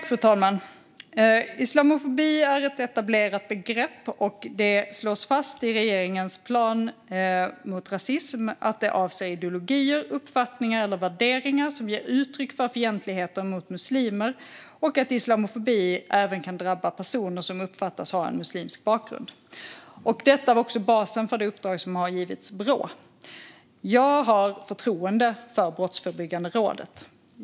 Fru talman! Islamofobi är ett etablerat begrepp. Det slås fast i regeringens plan mot rasism att det avser ideologier, uppfattningar eller värderingar som ger uttryck för fientlighet mot muslimer och att islamofobi även kan drabba personer som uppfattas ha en muslimsk bakgrund. Detta var också basen för det uppdrag som har givits Brå. Jag har förtroende för Brottsförebyggande rådet.